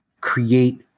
create